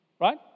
right